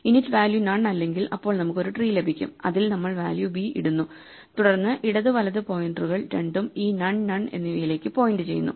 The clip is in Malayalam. init വാല്യൂ നൺ അല്ലെങ്കിൽ അപ്പോൾ നമുക്ക് ഒരു ട്രീ ലഭിക്കും അതിൽ നമ്മൾ വാല്യൂ v ഇടുന്നു തുടർന്ന് ഇടത് വലത് പോയിന്ററുകൾ രണ്ടും ഈ നൺ നൺ എന്നിവയിലേക്ക് പോയിന്റ് ചെയ്യുന്നു